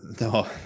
No